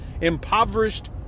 impoverished